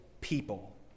people